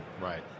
right